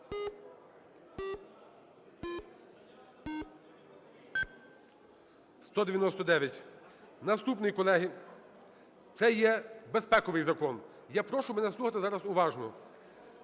За-199 Наступний, колеги, це є безпековий закон. Я прошу мене слухати зараз уважно.